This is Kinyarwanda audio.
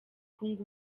kunga